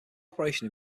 operation